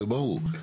זה ברור,